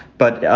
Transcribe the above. but,